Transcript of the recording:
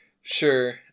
Sure